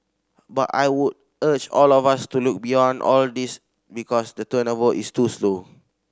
but I would urge all of us to look beyond all these because the turnover is too slow